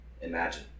imagine